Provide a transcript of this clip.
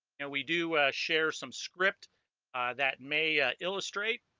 and we do share some script that may ah illustrate